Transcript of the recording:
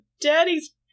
Daddy's